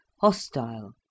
hostile